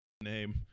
name